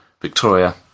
victoria